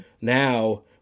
now